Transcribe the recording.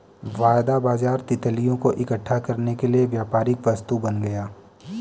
वायदा बाजार तितलियों को इकट्ठा करने के लिए व्यापारिक वस्तु बन गया